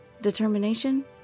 determination